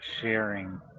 sharing